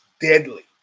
deadly